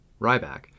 Ryback